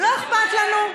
לא אכפת לנו.